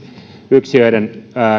yksiöiden